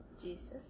Jesus